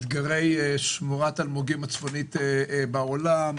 אתגרי שמורת האלמוגים הצפונית בעולם,